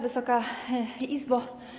Wysoka Izbo!